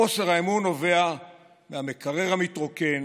חוסר האמון נובע מהמקרר המתרוקן,